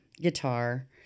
guitar